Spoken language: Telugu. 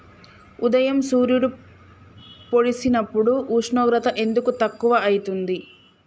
ఉదయం సూర్యుడు పొడిసినప్పుడు ఉష్ణోగ్రత ఎందుకు తక్కువ ఐతుంది?